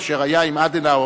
כאשר היה עם אדנאואר,